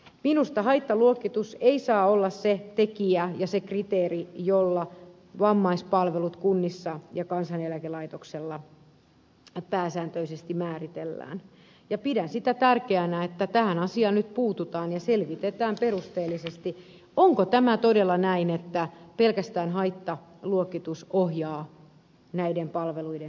minusta haittaluokitus ei saa olla se tekijä ja se kriteeri jolla vammaispalvelut kunnissa ja kansaneläkelaitoksella pääsääntöisesti määritellään ja pidän sitä tärkeänä että tähän asiaan nyt puututaan ja selvitetään perusteellisesti onko tämä todella näin että pelkästään haittaluokitus ohjaa näiden palveluiden saantia